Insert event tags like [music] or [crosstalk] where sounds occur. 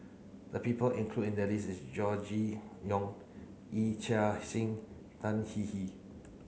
the people includ in the list [unintelligible] Gregory Yong Yee Chia Hsing Tan Hwee Hwee